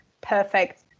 perfect